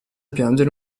piangere